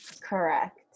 correct